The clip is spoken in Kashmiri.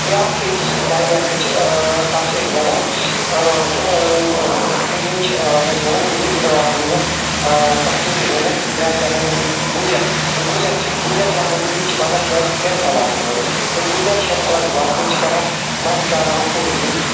بیاکھ ییٚتہِ یُس ڈالیکٹ چھُ تتھ چھِ أسۍ ونان کہِ یِم یِم چھِ کیٚاہ چھِس ونان گجربکروال تہِ ووٚنس پختو تہِ ووٚنس بیاکھ چھُ آسان یِم گجر گجر چھِ گجر چھِ آسان یِم چھِ بسان یِم ہیر ہیرن علاقن منٛز یِم گجر چھِ ہیر علاقس بسان تِم چھِ کران منٛزٕ کران اردو